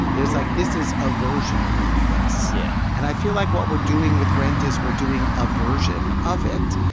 there's, like, this is a version of this yeah and i feel like what we're doing with rent is we're doing a version of it.